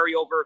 carryover